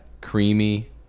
Creamy